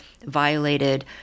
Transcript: violated